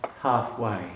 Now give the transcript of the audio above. halfway